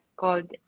called